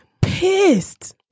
Pissed